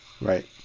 Right